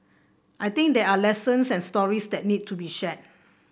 I think there are lessons and stories that need to be shared